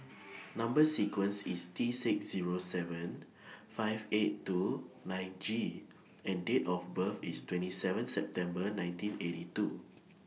Number sequence IS T six Zero seven five eight two nine G and Date of birth IS twenty seven September nineteen eighty two